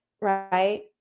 right